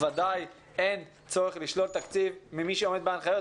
בוודאי שאין צורך לשלול תקציב ממי שעומד בהנחיות.